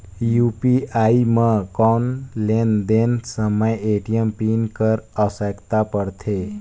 UPI म कौन लेन देन समय ए.टी.एम पिन कर आवश्यकता पड़थे?